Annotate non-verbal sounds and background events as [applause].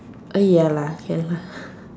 uh ya lah ya lah [breath]